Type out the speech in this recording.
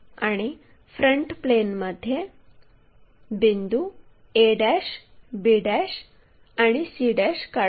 आणि फ्रंट प्लेनमध्ये बिंदू a b आणि c काढू